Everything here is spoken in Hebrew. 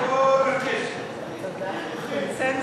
תודה רבה.